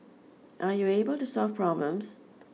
are you able to solve problems